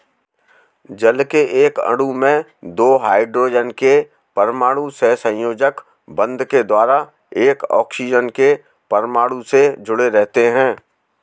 जल के एक अणु में दो हाइड्रोजन के परमाणु सहसंयोजक बंध के द्वारा एक ऑक्सीजन के परमाणु से जुडे़ रहते हैं